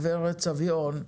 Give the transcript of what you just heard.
גברת סביון,